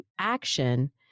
action